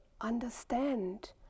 understand